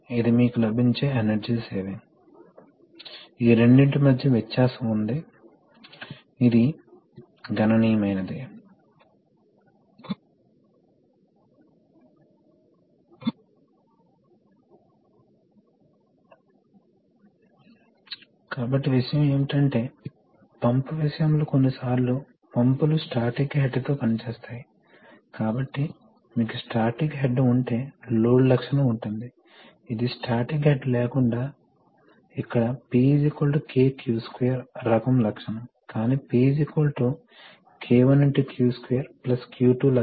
మరోవైపు గాలి యొక్క కంప్రెస్సిబిలిటి కారణంగా సిస్టమ్ రెస్పాన్స్ నెమ్మదిగా ఉంటుంది మరియు హైడ్రాలిక్స్ తో పోల్చితే మరో పెద్ద ప్రయోజనం ఏమిటంటే అగ్ని భద్రత అంతర్గతంగా ఉంటుంది కాబట్టి ప్రాథమికంగా దీని అర్థం కొన్ని ఖచ్చితమైన అప్లికేషన్ ఉంటుంది కొన్ని సందర్భాల్లో మీకు లో పవర్ అప్లికేషన్స్ చాలా అవసరం పెద్ద విస్తీర్ణంలో విస్తరించి ఉన్నాయి న్యూమాటిక్ సిస్టమ్స్ చాలా చౌకగా వస్తాయి ఎందుకంటే ఒక కంప్రెషర్ ను ఉపయోగించవచ్చు ఆపై మీరు వాస్తవానికి ఎయిర్ డక్ట్ సిస్టం ను ఉపయోగించవచ్చు ఎక్కువ డక్ట్ఇంగ్ ఖర్చులు అవసరం లేకుండా పెద్ద సంఖ్యలో ప్రదేశాలకు న్యూమాటిక్ పవర్ ని చేరుకోవచ్చు